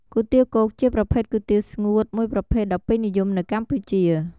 គុយទាវគោកជាប្រភេទគុយទាវស្ងួតមួយប្រភេទដ៏ពេញនិយមនៅកម្ពុជា។